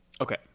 Okay